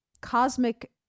cosmic